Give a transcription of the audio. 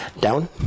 Down